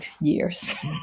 years